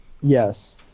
yes